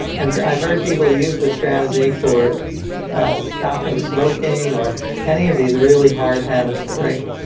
and i've heard people use the strategy for stopping smoking or any of these really hard habits to break.